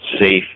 safe